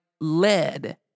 lead